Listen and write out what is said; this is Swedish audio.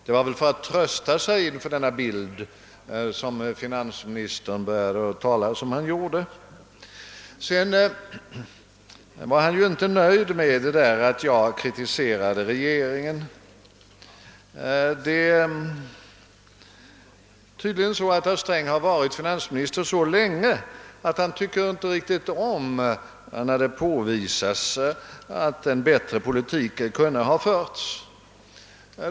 Det var väl för att trösta sig inför denna bild som finansministern talade som han gjorde. Finansministern var inte nöjd med att jag kritiserade regeringen. Herr Sträng har tydligen varit finansminister så länge att han inte riktigt tycker om när det påvisas att en bättre politik kunde ha förts.